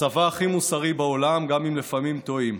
הצבא הכי מוסרי בעולם, גם אם לפעמים טועים.